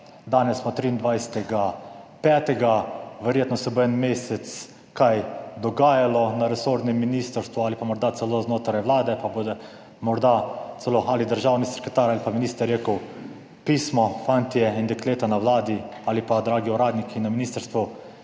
Danes smo 23. 5., verjetno se bo en mesec kaj dogajalo na resornem ministrstvu ali pa morda celo znotraj Vlade, pa bo morda celo ali državni sekretar ali pa minister rekel, pismo, fantje in dekleta na Vladi ali pa dragi uradniki na ministrstvu,